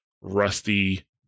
Rusty